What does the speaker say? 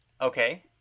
Okay